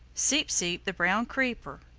seep seep the brown creeper.